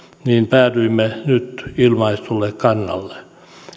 päädyimme nyt ilmaistulle kannalle